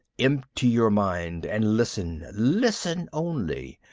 empty your mind, and listen, listen only.